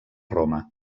roma